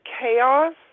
chaos